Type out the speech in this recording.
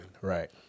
Right